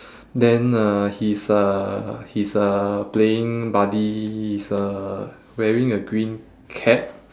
then uh his uh his uh playing buddy is uh wearing a green cap